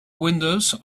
windows